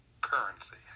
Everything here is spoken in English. currency